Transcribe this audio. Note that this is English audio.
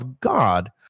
God